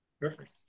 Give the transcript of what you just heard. Perfect